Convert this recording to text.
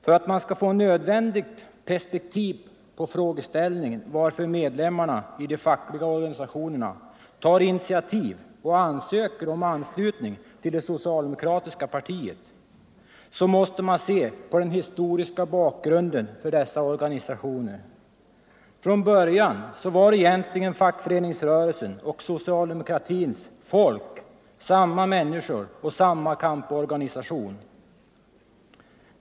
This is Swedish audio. För att man skall få det nödvändiga perspektivet på frågan, varför medlemmarna i fackliga organisationer tar initiativet till en ansökan om anslutning till det socialdemokratiska partiet, måste man se på dessa organisationers historiska bakgrund. Från början var fackföreningsrörelsens och socialdemokratins folk samma människor och deltog i samma kamporganisation.